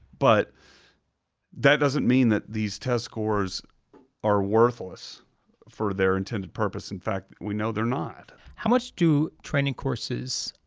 but that doesn't mean that these test scores are worthless for their intended purpose. in fact, we know they're not. corey how much do training courses